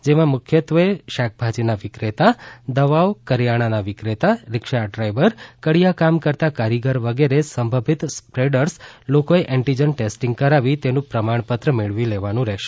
જેમાં મુખ્યત્વે શાકભાજીના વિક્રેતા દવાઓ કરીયાણાના વિક્રેતા રીક્ષા ડ્રાઇવર કડીયા કામ કરતા કારીગર વગેરે સંભવિત સ્પ્રેડર્સ લોકોએ એન્ટીજન ટેસ્ટીંગ કરાવી તેનું પ્રમાણપત્ર કાર્ડ મેળવી લેવાનું રહેશે